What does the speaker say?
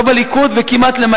לא בליכוד ולא בישראל ביתנו,